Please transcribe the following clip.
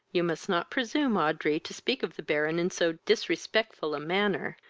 you must not presume, audrey, to speak of the baron in so disrespectful a manner.